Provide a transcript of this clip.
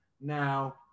Now